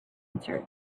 answered